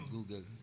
Google